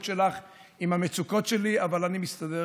שלך עם המצוקות שלי אבל אני מסתדר.